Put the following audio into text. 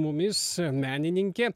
mumis menininkė